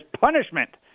punishment